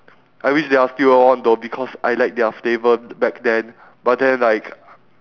I wish they are still all on dhoby cause I like their flavour back then but then like